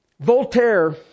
Voltaire